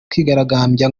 kwigaragambya